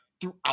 throughout